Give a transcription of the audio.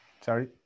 Sorry